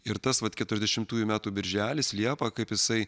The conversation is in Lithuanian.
ir tas vat keturiasdešimtųjų metų birželis liepa kaip jisai